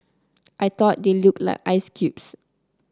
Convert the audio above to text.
I thought they looked like ice cubes